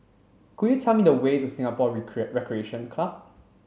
could you tell me the way to Singapore Recreation Club